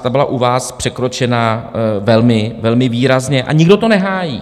Ta byla u vás překročena velmi výrazně a nikdo to nehájí.